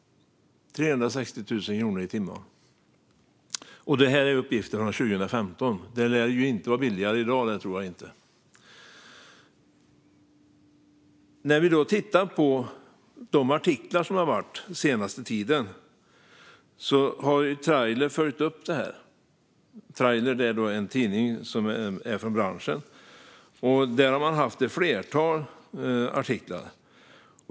Detta är alltså uppgifter från 2015, och det lär ju inte vara billigare i dag. Det tror jag inte. Tidskriften Trailer har följt upp detta med vinterväghållningen den senaste tiden. Trailer är en tidning för branschen. Där har man haft ett flertal artiklar.